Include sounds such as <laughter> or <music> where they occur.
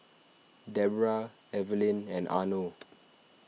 Deborrah Evelyn and Arno <noise>